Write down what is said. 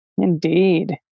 Indeed